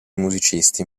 musicisti